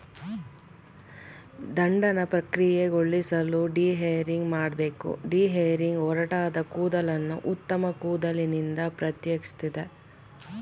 ದಂಡನ ಪ್ರಕ್ರಿಯೆಗೊಳಿಸಲು ಡಿಹೇರಿಂಗ್ ಮಾಡ್ಬೇಕು ಡಿಹೇರಿಂಗ್ ಒರಟಾದ ಕೂದಲನ್ನು ಉತ್ತಮ ಕೂದಲಿನಿಂದ ಪ್ರತ್ಯೇಕಿಸ್ತದೆ